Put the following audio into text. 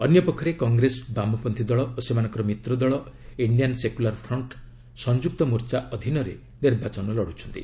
ଅନ୍ୟ ପକ୍ଷରେ କଂଗ୍ରେସ ବାମପନ୍ତ୍ରୀ ଦଳ ଓ ସେମାନଙ୍କର ମିତ୍ର ଦଳ ଇଣ୍ଡିଆନ୍ ସେକୁଲାର୍ ଫ୍ରଣ୍ଟ୍ ସଂଯୁକ୍ତ ମୋର୍ଚ୍ଚା ଅଧୀନରେ ନିର୍ବାଚନ ଲଢୁଛନ୍ତି